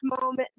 Moment